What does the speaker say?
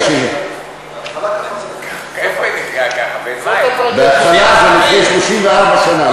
בהתחלה זה לפני 34 שנה,